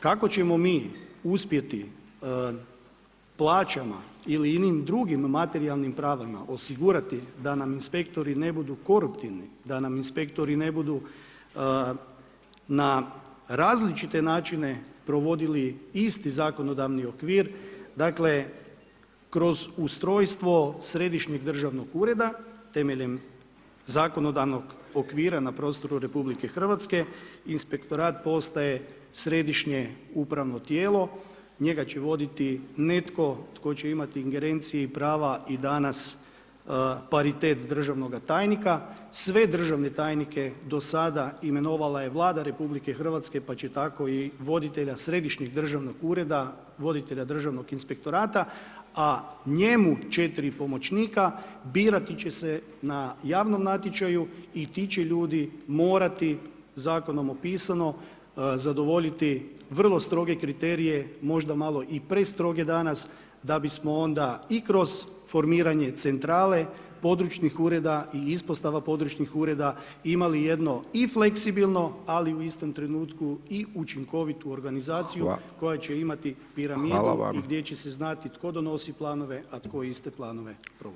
Kako ćemo mi uspjeti plaćama ili jednim drugim materijalnim pravima osigurati da nam inspektori ne budu koruptivni, da nam inspektoru ne budu na različite načine provodili isti zakonodavni okvir, dakle kroz ustrojstvo Središnjeg državnog ureda temeljem zakonodavnog okvira na prostoru RH, inspektorat postaje središnje upravno tijelo, njega će voditi netko tko će imati ingerencije i prava i danas paritet državnoga tajnika, sve državne tajnike do sada imenovala je Vlada RH pa će tako i voditelja Državnog inspektorata a njemu 4 pomoćnika birati će se na javnom natječaju i ti će ljudi morati zakonom opisano zadovoljiti vrlo stroge kriterije, možda malo i prestroge danas da bismo onda i kroz formiranje centrale, područnih ureda ispostava područnih ureda jedno i fleksibilno ali u istom trenutku i učinkovitu organizaciju koja će imati piramidu i gdje će se znati tko donosi planove a tko iste planove provodi.